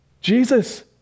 Jesus